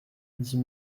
dix